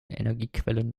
energiequellen